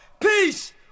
peace